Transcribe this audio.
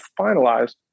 finalized